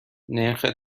نرخ